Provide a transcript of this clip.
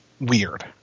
weird